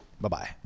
Bye-bye